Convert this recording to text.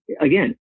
again